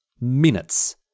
Minutes